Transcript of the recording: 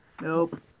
Nope